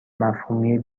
مفهومی